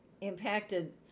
impacted